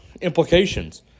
implications